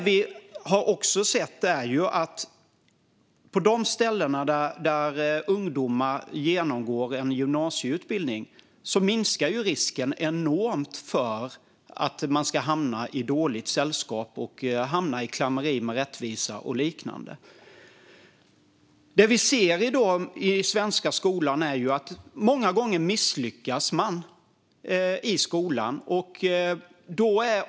Vi har också sett att på de ställen där ungdomarna genomgår en gymnasieutbildning minskar risken enormt för att de ska hamna i dåligt sällskap, hamna i klammeri med rättvisan och liknande. Det vi ser i dag är att personer många gånger misslyckas i skolan.